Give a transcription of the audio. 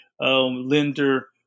lender